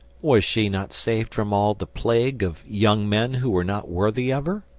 was she not saved from all the plague of young men who were not worthy of her?